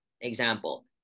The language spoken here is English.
example